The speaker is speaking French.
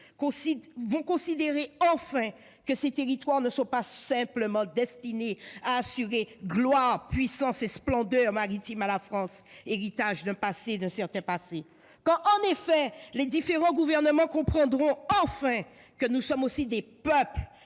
suivront, considèreront-ils, enfin, que ces territoires ne sont pas simplement destinés à assurer gloire, puissance et splendeur maritime à la France, héritage d'un certain passé ? Quand les différents gouvernements comprendront-ils, enfin, que nous sommes aussi des peuples,